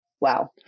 Wow